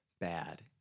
bad